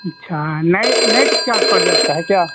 अच्छा नै नेट चार पड़ जाता है क्या